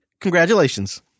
Congratulations